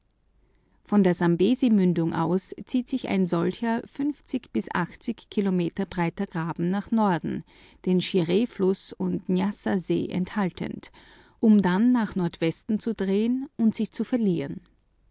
von der sambesimündung aus zieht sich ein solcher bis kilometer breiter graben nach norden den shirefluß und njassasee enthaltend um dann nach nordwesten zu drehen und sich zu verlieren